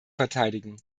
verteidigen